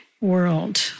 world